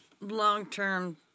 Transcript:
long-term